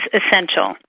essential